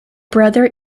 brother